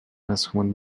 instrument